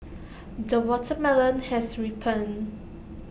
the watermelon has ripened